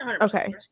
Okay